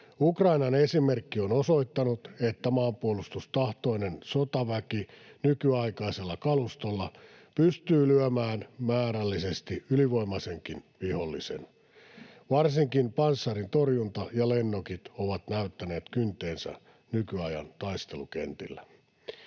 Ukrainan esimerkki on osoittanut, että maanpuolustustahtoinen sotaväki nykyaikaisella kalustolla pystyy lyömään määrällisesti ylivoimaisenkin vihollisen. Varsinkin panssarintorjunta ja lennokit ovat näyttäneet kyntensä nykyajan taistelukentillä.